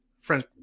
Friend's